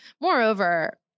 moreover